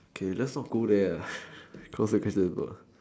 K let's not go there uh cause in case there got